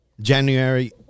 January